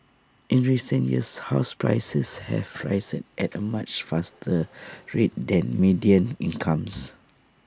in recent years house prices have risen at A much faster rate than median incomes